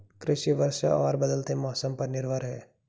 कृषि वर्षा और बदलते मौसम पर निर्भर है